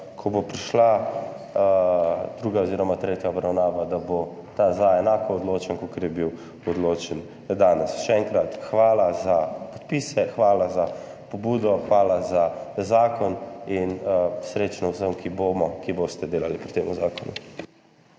ko bo prišla druga oziroma tretja obravnava, bo ta za enako odločen, kakor je bil odločen danes. Še enkrat hvala za podpise, hvala za pobudo, hvala za zakon. Srečno vsem, ki bomo, ki boste delali pri tem zakonu.